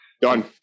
Done